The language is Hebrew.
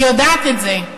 אני יודעת את זה.